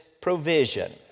provision